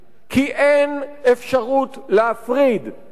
כי אין אפשרות להפריד בין חברה,